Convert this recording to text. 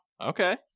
Okay